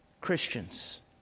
Christians